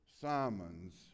Simon's